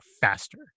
faster